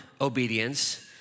obedience